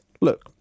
look